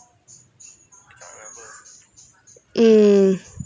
mm